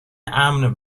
امن